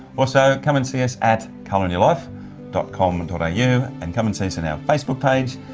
also, come and see us at colour in your life dot com and dot a you, and come and see us in our facebook page,